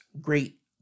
great